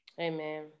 Amen